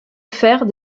faire